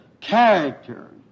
character